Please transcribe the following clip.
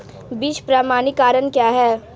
बीज प्रमाणीकरण क्या है?